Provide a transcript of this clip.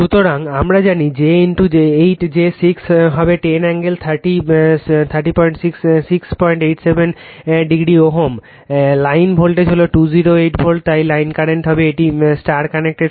সুতরাং আমরা জানি Z 8 j 6 হবে 10 অ্যাঙ্গেল 30 687 o Ω লাইন ভোল্টেজ হলো 208 ভোল্ট তাই লাইন কারেন্ট হবে এটি ষ্টার কানেক্টেড